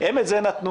הם את זה נתנו